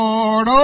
Lord